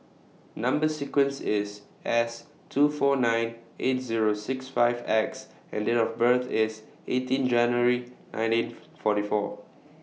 Number sequence IS S two four nine eight Zero six five X and Date of birth IS eighteen January nineteen forty four